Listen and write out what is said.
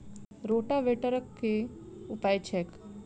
रोटावेटरक केँ उपयोग छैक?